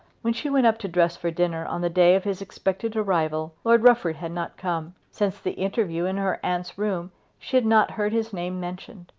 when she went up to dress for dinner on the day of his expected arrival lord rufford had not come. since the interview in her aunt's room she had not heard his name mentioned.